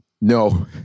No